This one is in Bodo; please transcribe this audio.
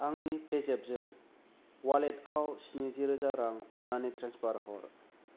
आंनि पेजेफजों अवालेटाव स्निजि रोजा रां अन्नानै ट्रेन्सफार हर